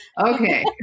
Okay